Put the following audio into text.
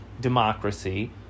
democracy